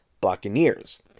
Buccaneers